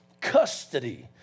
custody